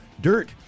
dirt